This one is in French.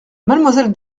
mademoiselle